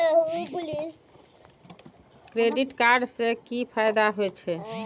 Credit card से कि फायदा होय छे?